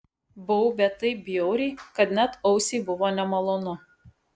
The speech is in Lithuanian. baubė taip bjauriai kad net ausiai buvo nemalonu